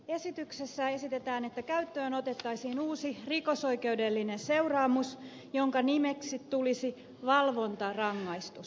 esityksessä esitetään että käyttöön otettaisiin uusi rikosoikeudellinen seuraamus jonka nimeksi tulisi valvontarangaistus